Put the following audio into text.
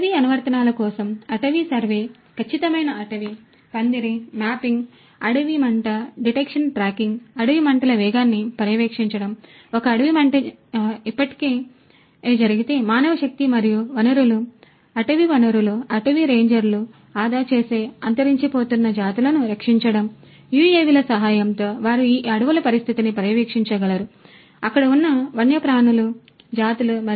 అటవీ అనువర్తనాల కోసం అటవీ సర్వే ఖచ్చితమైన అటవీ పందిరి మ్యాపింగ్ అడవి మంట డిటెక్షన్ ట్రాకింగ్ అడవి మంటల వేగాన్ని పర్యవేక్షించడం ఒక అడవి మంట ఇప్పటికే జరిగితే మానవశక్తి మరియు వనరులు అటవీ వనరులు అటవీ రేంజర్లను ఆదా చేసే అంతరించిపోతున్న జాతులను రక్షించడం యుఎవిల సహాయంతో వారు ఈ అడవుల పరిస్థితిని పర్యవేక్షించగలరు అక్కడ ఉన్న వన్యప్రాణుల జాతులు